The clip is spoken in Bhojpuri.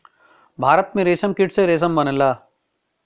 भारत में रेशमकीट से रेशम बनला